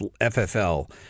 ffl